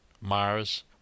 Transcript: Mars